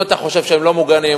אם אתה חושב שהם לא מוגנים,